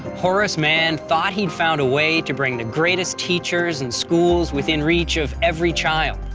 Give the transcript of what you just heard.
horace mann thought he'd found a way to bring the greatest teachers and schools within reach of every child.